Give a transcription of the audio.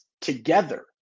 together